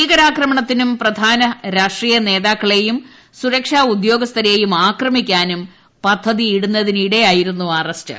ഭീകരാക്രമണത്തിനും പ്രധാന രാഷ്ട്രീയ നേതാക്കളെയും സുരക്ഷാ ഉദ്യോഗസ്ഥരെയും ആക്രമിക്കാനും പദ്ധതിയിടുന്നതിനിടെയായിരുന്നു അറസ്റ്റ്